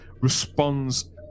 responds